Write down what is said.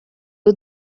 you